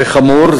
זה חמור,